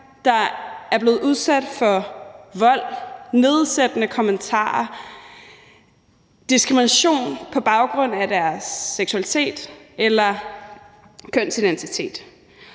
der er blevet udsat for vold, nedsættende kommentarer og diskrimination på baggrund af deres seksualitet eller kønsidentitet.